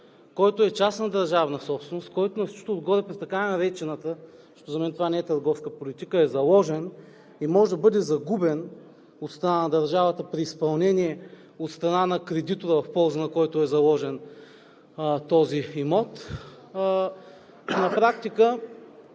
който е частна държавна собственост, който на всичкото отгоре при така наречената – защото това за мен не е търговска политика, а е заложен и може да бъде загубен от страна на държавата при изпълнение от страна на кредитора, в полза на който е заложен този имот. На практика